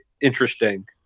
interesting